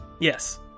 Yes